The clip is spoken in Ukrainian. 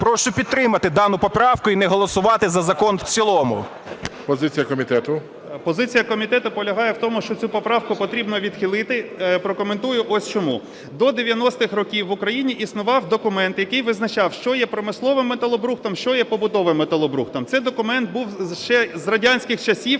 Позиція комітету. 14:11:57 КИСИЛЕВСЬКИЙ Д.Д. Позиція комітету полягає в тому, що цю поправку потрібно відхилити, прокоментую, ось чому. До 90-х років в Україні існував документ, який визначав, що є промисловим металобрухтом, що є побутовим металобрухтом. Цей документ був ще з радянських часів,